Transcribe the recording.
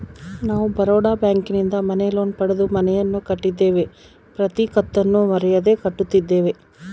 ನಾವು ಬರೋಡ ಬ್ಯಾಂಕಿನಿಂದ ಮನೆ ಲೋನ್ ಪಡೆದು ಮನೆಯನ್ನು ಕಟ್ಟಿದ್ದೇವೆ, ಪ್ರತಿ ಕತ್ತನ್ನು ಮರೆಯದೆ ಕಟ್ಟುತ್ತಿದ್ದೇವೆ